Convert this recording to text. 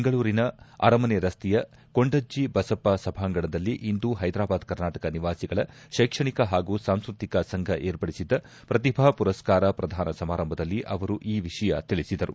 ಬೆಂಗಳೂರಿನ ಅರಮನೆ ರಸ್ತೆಯ ಕೊಂಡಜ್ಜಿ ಬಸಪ್ಪ ಸಭಾಂಗಣದಲ್ಲಿ ಇಂದು ಹೈದಾರಾಬಾದ್ ಕರ್ನಾಟಕ ನಿವಾಸಿಗಳ ಶೈಕ್ಷಣಿಕ ಹಾಗೂ ಸಾಂಸ್ವತಿಕ ಸಂಘ ಏರ್ಪಡಿಸಿದ್ದ ಪ್ರತಿಭಾ ಮರಸ್ಕಾರ ಪ್ರಧಾನ ಸಮಾರಂಭದಲ್ಲಿ ಅವರು ಈ ವಿಷಯ ತಿಳಿಸಿದರು